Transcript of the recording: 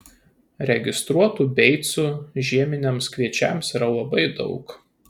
registruotų beicų žieminiams kviečiams yra labai daug